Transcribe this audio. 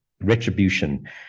retribution